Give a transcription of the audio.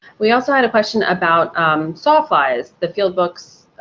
we also had a question about um sawflies. the field books,